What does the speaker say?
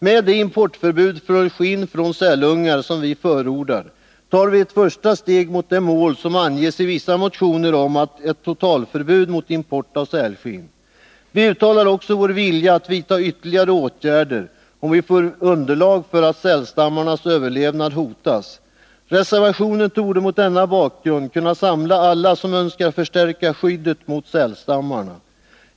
Med det importförbud för skinn från sälungar som vi förordar tar vi ett första steg mot det mål som anges i vissa motioner om ett totalförbud mot import av sälskinn. Vi uttalar också vår vilja att vidta ytterligare åtgärder, om vi får underlag för att sälstammarnas överlevnad hotas. Reservationen borde mot denna bakgrund kunna samla alla som önskar förstärka skyddet mot sälstammarna.